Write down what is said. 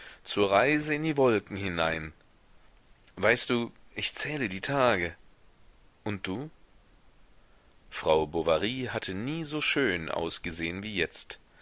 zur reise in die wolken hinein weißt du ich zähle die tage und du frau bovary hatte nie so schön ausgesehen wie jetzt